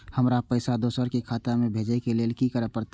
हमरा पैसा दोसर के खाता में भेजे के लेल की करे परते?